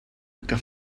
que